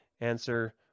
Answer